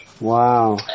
Wow